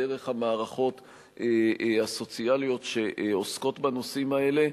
דרך המערכות הסוציאליות שעוסקות בנושאים האלה,